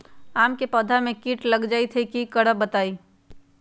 आम क पौधा म कीट लग जई त की करब बताई?